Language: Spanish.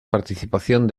participación